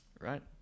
right